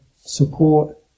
support